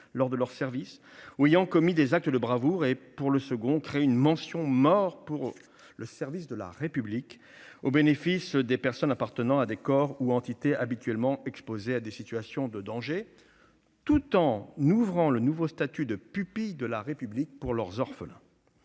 lors de leur service ou ayant réalisé des actes de bravoure ; le second crée une mention « Mort pour le service de la République » au bénéfice de personnes appartenant à des corps ou entités habituellement exposés à des situations de danger, tout en ouvrant le nouveau statut de « pupille de la République » pour leurs orphelins.